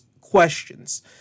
questions